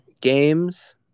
games